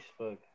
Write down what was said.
Facebook